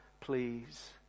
please